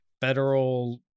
federal